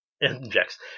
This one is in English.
Injects